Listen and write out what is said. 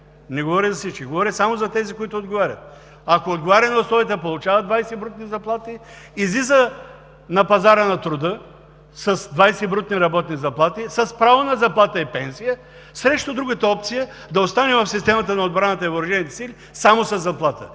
не говоря за всички, говоря само за тези, които отговарят, ако отговаря на условията получава двадесет брутни заплати, излиза на пазара на труда с двадесет брутни работни заплати, с право на заплата и пенсия срещу другата опция – да остане в системата на отбраната и въоръжените сили само със заплата.